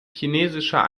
chinesischer